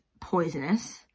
poisonous